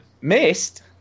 Missed